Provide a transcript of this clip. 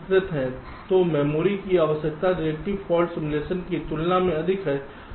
तो मेमोरी की आवश्यकता डिडक्टिव फॉल्ट सिमुलेशन की तुलना में अधिक है